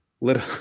little